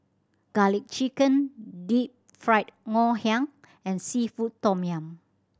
Garlic Chicken Deep Fried Ngoh Hiang and seafood tom yum